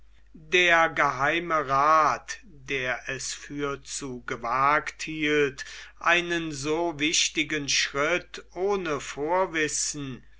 der geheime rath der es für zu gewagt hielt einen so wichtigen schritt ohne vorwissen